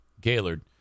Gaylord